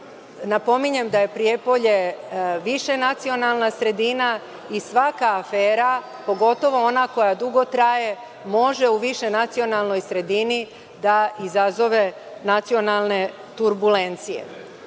Napominjem da je Prijepolje višenacionalna sredina i svaka afera, pogotovo ona koja dugo traje, može u višenacionalnoj sredini da izazove nacionalne turbulencije. Ipak,